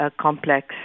complex